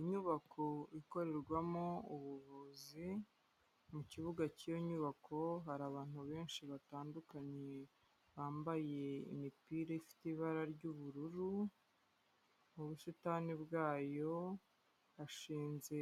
Inyubako ikorerwamo ubuvuzi mu kibuga k'iyo nyubako hari, abantu benshi batandukanye bambaye imipira ifite ibara ry'ubururu, mu busitani bwayo ashinze